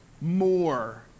More